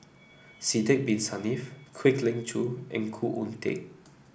Sidek Bin Saniff Kwek Leng Joo and Khoo Oon Teik